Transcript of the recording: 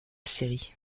série